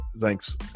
thanks